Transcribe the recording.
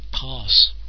Pass